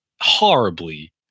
horribly